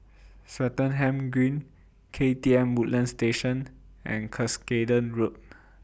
Swettenham Green K T M Woodlands Station and Cuscaden Road